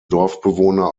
dorfbewohner